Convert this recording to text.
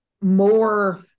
more